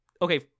Okay